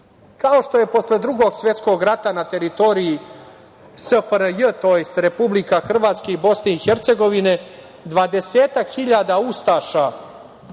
što je posle Drugog svetskog rata na teritoriji SFRJ, tj. Republike Hrvatske i Bosne i Hercegovine dvadesetak